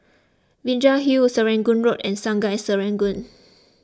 Binjai Hill Serangoon Road and Sungei Serangoon